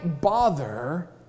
bother